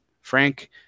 Frank